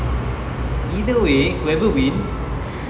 either way whoever win